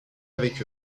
avec